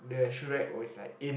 the shoerack was like in